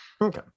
Okay